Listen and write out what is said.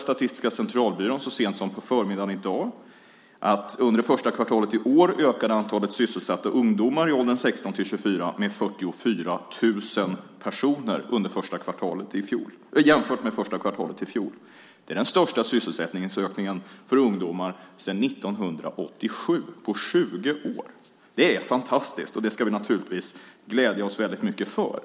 Statistiska centralbyrån meddelade så sent som på förmiddagen i dag att antalet sysselsatta ungdomar i åldern 16-24 år under det första kvartalet i år ökade med 44 000 jämfört med första kvartalet i fjol. Det är den största sysselsättningsökningen för ungdomar sedan 1987, på 20 år. Det är fantastiskt, och det ska vi naturligtvis glädja oss väldigt mycket åt.